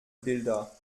bilder